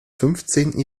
fünfzehnten